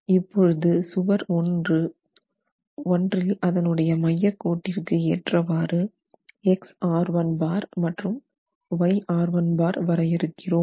இப்பொழுது சுவர் 1 ஒன்றில் அதனுடைய மையக் கோட்டிற்கு ஏற்றவாறு மற்றும் வரையறுக்கிறோம்